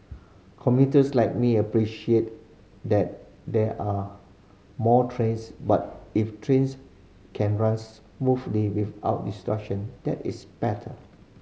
commuters like me appreciate that there are more trains but if trains can run smoothly without disruption that is better